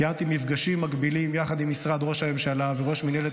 קיימתי מפגשים מקבילים יחד עם משרד ראש הממשלה וראש מינהלת